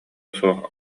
суох